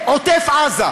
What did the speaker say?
ועוטף-עזה.